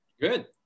Good